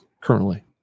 currently